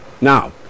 Now